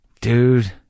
dude